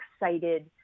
excited